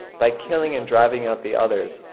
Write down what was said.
by killing and driving out the others,